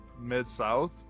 Mid-South